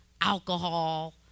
alcohol